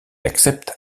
accepte